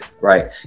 Right